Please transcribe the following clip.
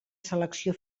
selecció